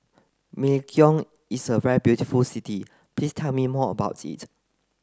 Melekeok is a very beautiful city Please tell me more about it